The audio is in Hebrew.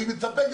אני מצפה,